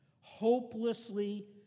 Hopelessly